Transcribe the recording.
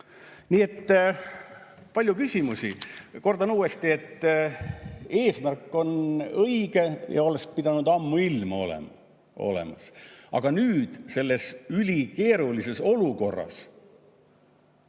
et palju küsimusi. Kordan uuesti, et eesmärk on õige ja see oleks pidanud ammuilma olemas olema. Aga nüüd, selles ülikeerulises olukorras